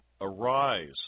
Arise